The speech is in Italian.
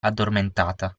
addormentata